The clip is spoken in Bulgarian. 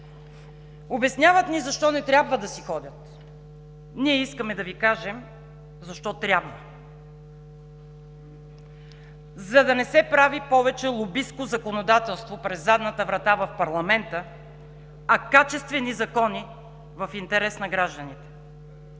Обясняват ни защо не трябва да си ходят. Ние искаме да Ви кажем защо трябва – за да не се прави повече лобистко законодателство през задната врата в парламента, а качествени закони в интерес на гражданите;